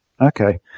Okay